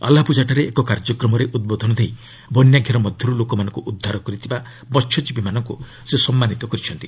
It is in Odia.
ଆଲ୍ଲାପୁଝାଠାରେ ଏକ କାର୍ଯ୍ୟକ୍ରମରେ ଉଦ୍ବୋଧନ ଦେଇ ବନ୍ୟାଘେର ମଧ୍ୟରୁ ଲୋକମାନଙ୍କୁ ଉଦ୍ଧାର କରିଥିବା ମହ୍ୟଜୀବୀମାନଙ୍କୁ ସେ ସମ୍ମାନିତ କରିଛନ୍ତି